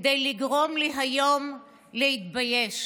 כדי לגרום לי היום להתבייש,